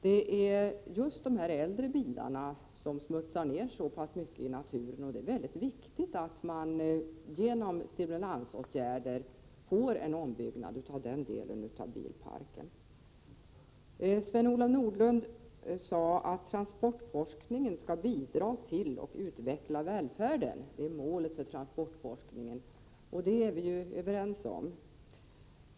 Det är just de äldre bilarna som smutsar ner mest i naturen, och det är mycket viktigt att man genom stimulansåtgärder får till stånd en ombyggnad av den delen av bilparken. Sven-Olof Nordlund sade att målet för transportforskningen är att bidra till och utveckla välfärden. Det är vi överens om.